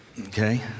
okay